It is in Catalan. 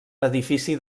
edifici